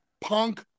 punk